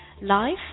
Life